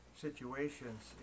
situations